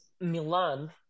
milan